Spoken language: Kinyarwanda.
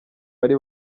bari